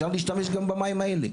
אפשר להשתמש גם במים האלה,